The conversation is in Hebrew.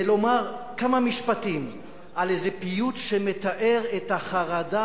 ולומר כמה משפטים על איזה פיוט שמתאר את החרדה